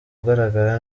ugaragara